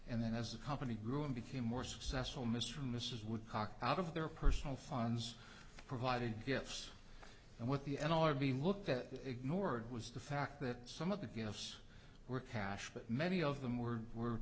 and then as the company grew and became more successful mr and mrs woodcock out of their personal funds provided gifts and what the n l r b looked at ignored was the fact that some of the gifts were cash but many of them were were